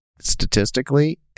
statistically